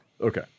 Okay